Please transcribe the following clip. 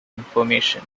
information